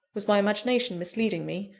was my imagination misleading me?